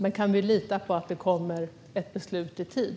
Men kan vi lita på att det kommer ett beslut i tid?